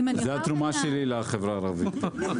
זאת התרומה שלי לחברה הערבית.